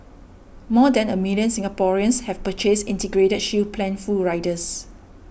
more than a million Singaporeans have purchased Integrated Shield Plan full riders